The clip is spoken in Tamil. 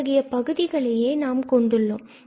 இத்தகைய பகுதிகளை நாம் கொண்டு உள்ளோம்